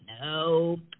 no